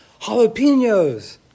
jalapenos